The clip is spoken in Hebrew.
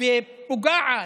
מעליבה ופוגעת,